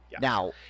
Now